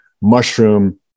mushroom